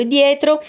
dietro